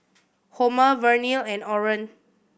Homer Vernal and Oren